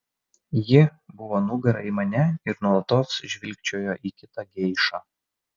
ji buvo nugara į mane ir nuolatos žvilgčiojo į kitą geišą